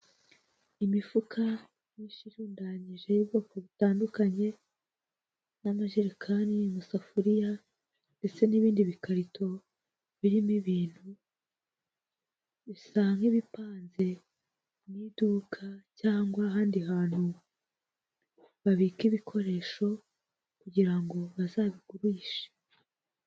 Imifuka myinshi irundanyije y'ubwoko butandukanye, n'amajerekani, amasafuriya, ndetse n'ibindi bikarito birimo ibintu, bisa nk'ibipanze mu' iduka cyangwa ahandi hantu babika ibikoresho kugirango bazabigurishe.